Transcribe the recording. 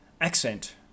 accent